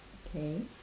okay